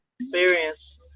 experience